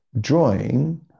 drawing